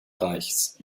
reichs